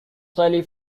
shelley